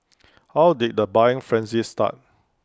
how did the buying frenzy start